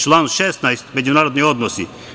Član 16. međunarodni odnosi.